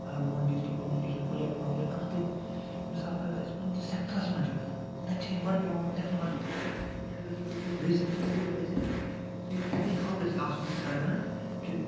اگر بہٕ وَنہٕ ڈِجٹَل کومنِکیشَن پلیٹفارم یا کانٛہہ تہِ مِثال اگر أسۍ کُنہِ تہِ سیٚکٹرٛس مَنٛز چھِ گَژھان تَتہِ چھِ اَسہِ گۄڈٕ پٮ۪وان ٹیٚکنالجی یا اگر أسۍ وٕچھو بیسِک کَمپیوٗٹر گَژھِ اَسہِ اِن ایٚنی ہَو گَژھِ آسُن اَسہِ تَگان کہِ